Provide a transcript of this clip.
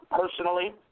Personally